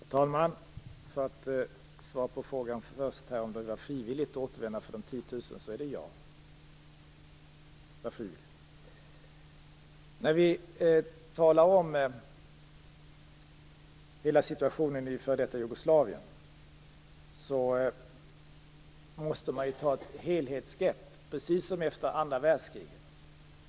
Herr talman! Svaret på den första frågan, om det var frivilligt för de 10 000 människorna att återvända, är ja. Det var frivilligt. När vi talar om hela situationen i f.d. Jugoslavien måste vi ta ett helhetsgrepp, precis som efter andra världskriget.